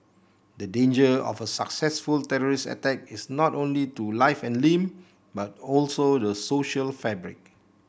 the danger of a successful terrorist attack is not only to life and limb but also the social fabric